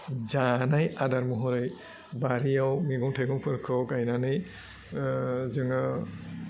जानाय आदार महरै बारियाव मैगं थाइगंफोरखौ गायनानै जोङो